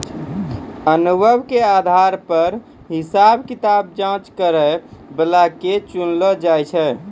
अनुभव के आधार पर हिसाब किताब जांच करै बला के चुनलो जाय छै